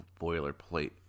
boilerplate